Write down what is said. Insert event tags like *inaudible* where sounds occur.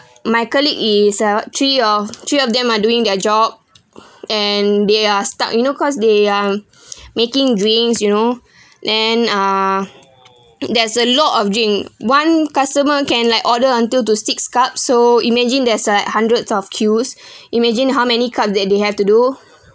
my colleague itself three of three of them are doing their job and they are stuck you know cause they are making drinks you know *breath* then uh there's a lot of drink one customer can like order until to six cups so imagine there's like hundreds of queue imagine how many cup that they have to do